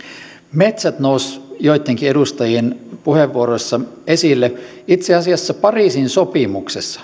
metsät nousivat joittenkin edustajien puheenvuoroissa esille itse asiassa pariisin sopimuksessa